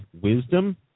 wisdom